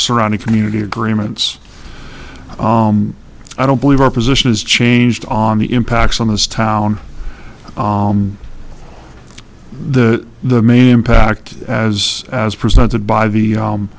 surrounding community agreements i don't believe our position is changed on the impacts on this town the the main impact as as presented by the